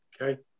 Okay